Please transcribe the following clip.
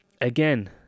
Again